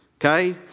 Okay